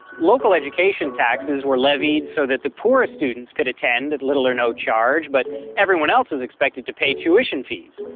local education taxes were levied so that the poorest students could attend at little or no charge, but everyone else was expected to pay tuition fees.